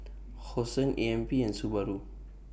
Hosen A M P and Subaru